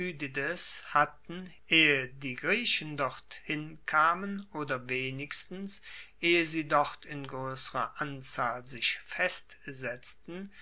hatten ehe die griechen dorthin kamen oder wenigstens ehe sie dort in groesserer anzahl sich festsetzten